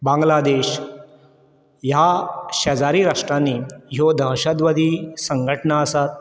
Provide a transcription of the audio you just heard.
बांगलादेश ह्या शेजारी राष्ट्रांनी ह्यो दहशतवादी संघटना आसात